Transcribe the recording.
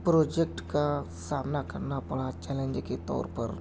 project کا سامنا کرنا پڑا چیلنج کے طور پر